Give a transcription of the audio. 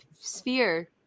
sphere